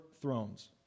thrones